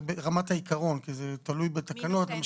זה ברמת העיקרון כי זה תלוי בתקנות.